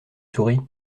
souris